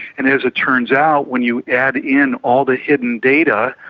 and as it turns out, when you add in all the hidden data,